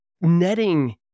netting